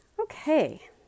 Okay